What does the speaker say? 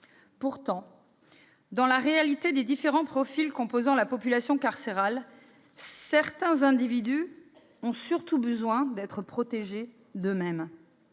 Pourtant, dans la réalité des différents profils composant la population carcérale, certains individus ont surtout besoin d'être protégés d'eux-mêmes